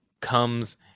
comes